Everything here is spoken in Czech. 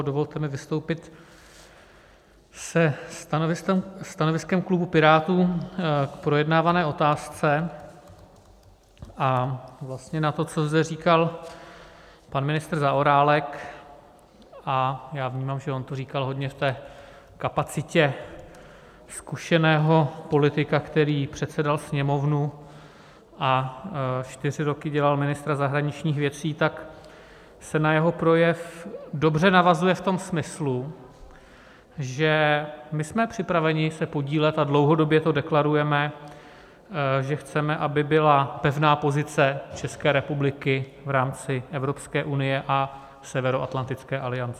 Dovolte mi vystoupit se stanoviskem klubu Pirátů k projednávané otázce a vlastně na to, co zde říkal pan ministr Zaorálek, a já vnímám, že on to říkal hodně v kapacitě zkušeného politika, který předsedal Sněmovně a čtyři roky dělal ministra zahraničních věcí, tak se na jeho projev dobře navazuje v tom smyslu, že my jsme připraveni se podílet a dlouhodobě to deklarujeme, že chceme, aby byla pevná pozice České republiky v rámci Evropské unie a Severoatlantické aliance.